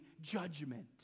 judgment